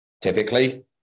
Typically